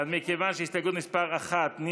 הסתייגות מס' 2 היא